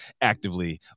actively